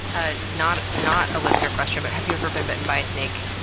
ah not not a listener question, but have you ever been bitten by a snake,